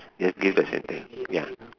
just give a sentence ya